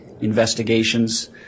investigations